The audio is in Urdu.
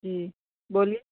جی بولیے